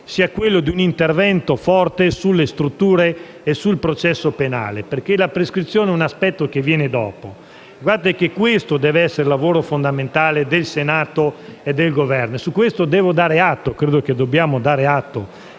da dare sia un intervento forte sulle strutture e sul processo penale, perché la prescrizione è un aspetto che viene dopo. E questo deve essere il lavoro fondamentale del Senato e del Governo. A tal proposito dobbiamo dare atto